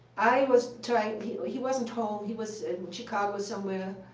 i was trying he wasn't home, he was in chicago somewhere,